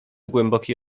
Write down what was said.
głęboki